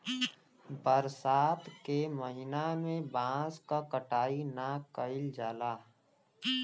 बरसात के महिना में बांस क कटाई ना कइल जाला